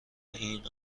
این